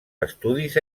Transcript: estudis